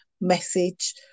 message